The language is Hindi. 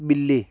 बिल्ली